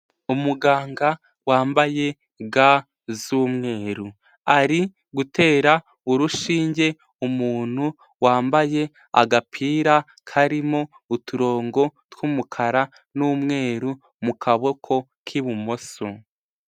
Umuganga wambaye ga z'umweru. Ari gutera urushinge umuntu wambaye agapira karimo uturongo tw'umukara n'umweru mu kaboko k'ibumoso.